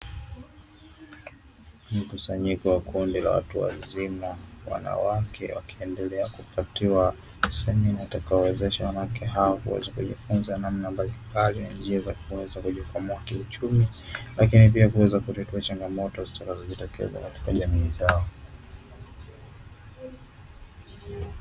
Mkusanyiko wa kundi la watu wazima wanawake wakiendelea kupatiwa semina, itakayowawezesha wanawake hao kujifunza namna mbalimbali na njia za kuweza kujikomboa kiuchumi, lakini pia kuweza kutatua changamoto zitakazo jitokeza katika jamii zao.